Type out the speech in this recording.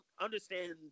understand